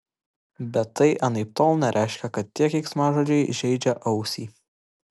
bet tai anaiptol nereiškia kad tie keiksmažodžiai žeidžia ausį